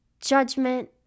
judgment